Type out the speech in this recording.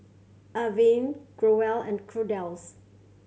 Avene Growell and Kordel's